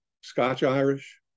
Scotch-Irish